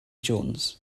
jones